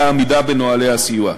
לעמידה בנוהלי הסיוע.